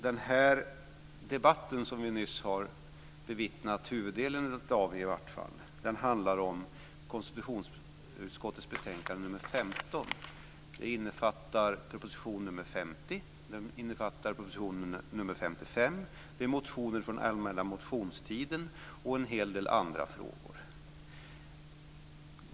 Den debatt som vi nyss har bevittnat i varje fall huvuddelen av handlar om konstitutionsutskottets betänkande nr 15. Det innefattar proposition nr 50, proposition nr 55, motioner från allmänna motionstiden och en hel del andra frågor.